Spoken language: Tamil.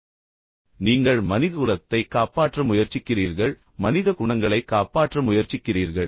பின்னர் நான் சொன்னது போல் நீங்கள் மனிதகுலத்தை காப்பாற்ற முயற்சிக்கிறீர்கள் நீங்கள் மனித குணங்களை காப்பாற்ற முயற்சிக்கிறீர்கள்